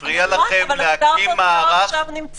לא עלינו המלאכה לגמור